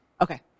Okay